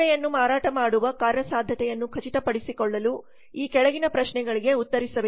ಸೇವೆಯನ್ನು ಮಾರಾಟ ಮಾಡುವ ಕಾರ್ಯಸಾಧ್ಯತೆಯನ್ನು ಖಚಿತಪಡಿಸಿಕೊಳ್ಳಲು ಈ ಕೆಳಗಿನ ಪ್ರಶ್ನೆಗಳಿಗೆ ಉತ್ತರಿಸಬೇಕು